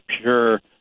pure